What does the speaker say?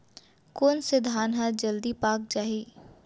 कोन से धान ह जलदी पाक जाही?